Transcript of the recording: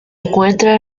encuentra